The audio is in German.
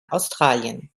australien